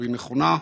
והיא נכונה.